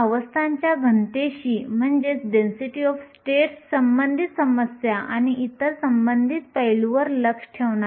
अवस्थांची घनता म्हणजे इलेक्ट्रॉन व्यापण्यासाठी उपलब्ध अवस्थांची संख्या होय